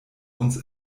uns